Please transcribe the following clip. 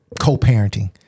co-parenting